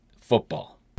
football